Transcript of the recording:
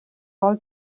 all